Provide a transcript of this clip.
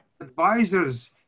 advisors